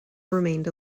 remained